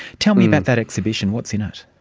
tell me about that exhibition, what's in it?